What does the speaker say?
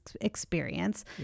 experience